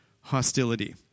hostility